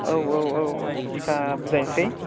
औ औ औ औ थिखा बुजायनोसै